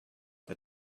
der